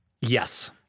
Yes